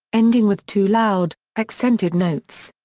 ending with two loud, accented notes.